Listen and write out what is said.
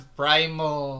primal